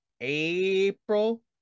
April